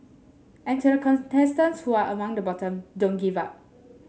and to the contestants who are among the bottom don't give up